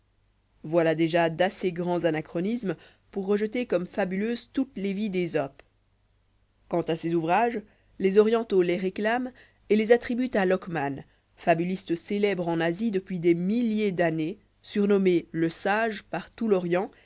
voilà déjà d'assez grands aa de la fable anachronismes pour rejeter comme fabuleuses toutes les vies d'esope quant à ses ouvrages les orientanx les réclament et les attribuent à lockman fabuliste célèbre en asie depuis des milliers d'années surnommé le sage par tout l'orient